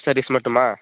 first service மட்டுமா